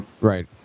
Right